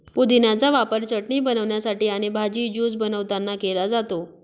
पुदिन्याचा वापर चटणी बनवण्यासाठी आणि भाजी, ज्यूस बनवतांना केला जातो